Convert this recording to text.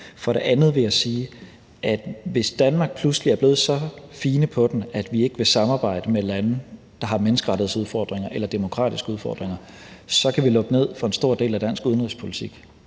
For det andet vil jeg sige, at hvis Danmark pludselig er blevet så fine på den, at vi ikke vil samarbejde med lande, der har menneskerettighedsudfordringer eller demokratiske udfordringer, så kan vi lukke ned for en stor del af dansk udenrigspolitik,